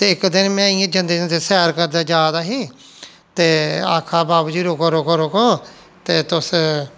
ते इक दिन में इ'यां जंदे जंदे सैर करदा जा दा ही ते आक्खा दा बाबू जी रुको रुको ते तुस